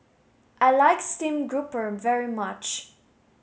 I like stream grouper very much